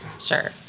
Sure